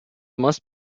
must